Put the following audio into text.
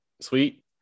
sweet